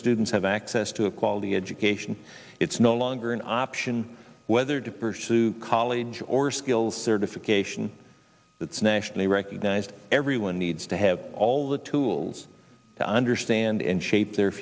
students have access to a quality education it's no longer an option whether to pursue college or skill certification that's nationally recognized everyone needs to have all the tools to understand and shape their